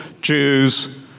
Jews